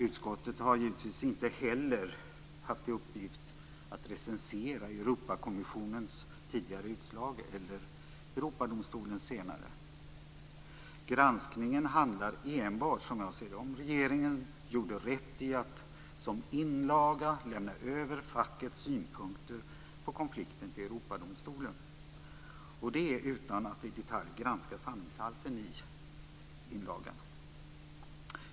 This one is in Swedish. Utskottet har givetvis inte heller haft i uppgift att recensera Europakommissionens tidigare utslag eller Europadomstolens senare. Granskningen handlar enbart, som jag ser det, om regeringen gjorde rätt i att som inlaga lämna över fackets synpunkter på konflikten till Europadomstolen; detta utan att i detalj granska sanningshalten i inlagan.